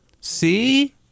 see